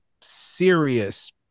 serious